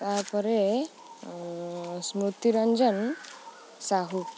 ତା'ପରେ ସ୍ମୃତିରଞ୍ଜନ ସାହୁ